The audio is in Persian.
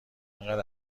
انقد